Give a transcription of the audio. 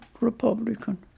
Republican